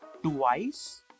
twice